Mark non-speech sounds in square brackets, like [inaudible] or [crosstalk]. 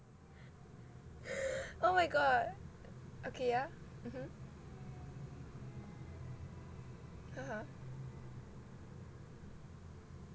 [breath] O_M_G okay yeah mmhmm (uh huh)